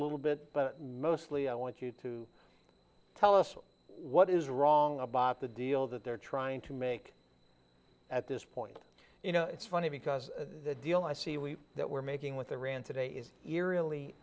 little bit but mostly i want you to tell us what is wrong about the deal that they're trying to make at this point you know it's funny because the deal i see that we're making with iran today is eeri